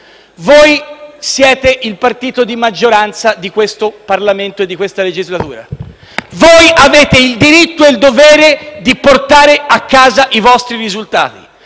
Voi siete il partito di maggioranza del Parlamento in questa legislatura e avete il diritto e il dovere di portare a casa i vostri risultati.